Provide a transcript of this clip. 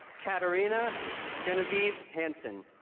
katarina genevieve hansen